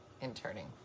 interning